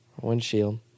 Windshield